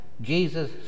Jesus